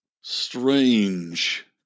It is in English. Strange